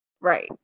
Right